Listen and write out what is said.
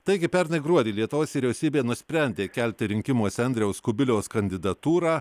taigi pernai gruodį lietuvos vyriausybė nusprendė kelti rinkimuose andriaus kubiliaus kandidatūrą